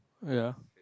ya